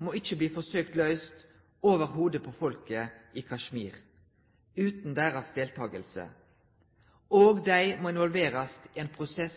må ikke bli forsøkt løst over hodet på folket i Kashmir, uten deres deltakelse. Også de må involveres i en prosess